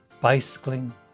bicycling